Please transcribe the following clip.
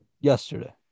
yesterday